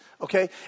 okay